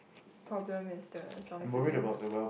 problem is the Zhuang-Zhi